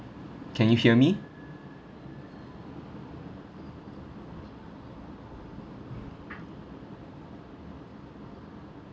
can you hear me